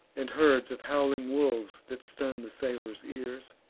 and herds of howling wolves that stun the sailors' ears.